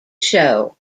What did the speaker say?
show